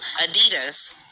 Adidas